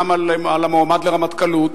גם על המועמד לרמטכ"לות,